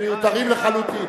שמיותרות לחלוטין.